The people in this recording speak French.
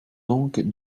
donc